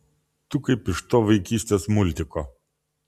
tu kaip iš to vaikystės multiko